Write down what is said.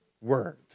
words